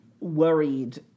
Worried